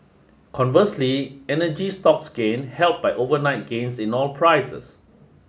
conversely energy stocks gained helped by overnight gains in oil prices